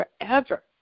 forever